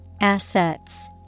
Assets